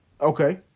Okay